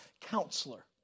counselor